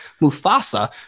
Mufasa